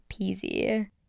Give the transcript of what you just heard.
peasy